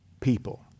people